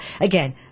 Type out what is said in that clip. Again